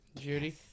Judy